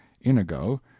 Inigo